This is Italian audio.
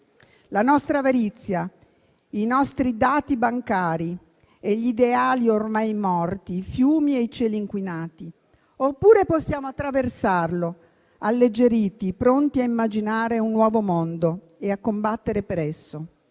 la nostra avarizia, i nostri dati bancari e gli ideali ormai morti, i fiumi e i cieli inquinati. Oppure possiamo attraversarlo alleggeriti, pronti a immaginare un nuovo mondo e a combattere per esso.